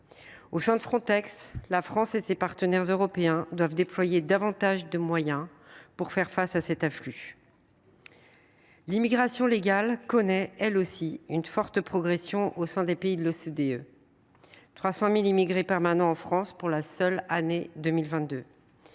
côtes (Frontex), la France et ses partenaires européens doivent déployer davantage de moyens pour faire face à cet afflux. L’immigration légale connaît, elle aussi, une forte progression au sein des pays de l’OCDE : 300 000 immigrés permanents en France pour la seule année 2022